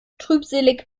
trübselig